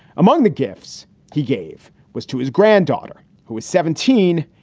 among the gifts he gave was to his granddaughter, who is seventeen,